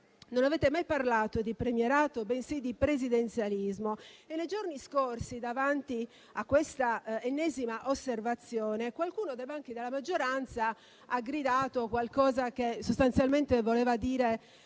non avete mai parlato di premierato, bensì di presidenzialismo, e nei giorni scorsi, davanti a questa ennesima osservazione, qualcuno dai banchi della maggioranza ha gridato qualcosa che sostanzialmente voleva dire